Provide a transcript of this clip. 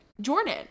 Jordan